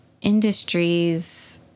industries